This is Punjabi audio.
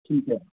ਠੀਕ ਹੈ